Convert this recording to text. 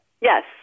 yes